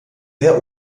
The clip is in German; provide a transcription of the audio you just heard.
sehr